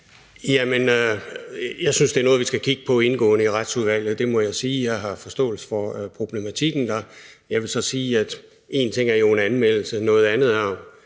Jeg synes, det er noget, vi skal kigge indgående på i Retsudvalget – det må jeg sige – jeg har forståelse for problematikken. Jeg vil så sige, at én ting jo er en anmeldelse, at noget andet er,